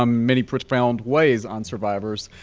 um many pound ways on survivors.